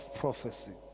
prophecy